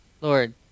Lord